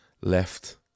left